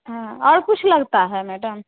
हाँ और कुछ लगता है मैडम